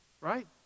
right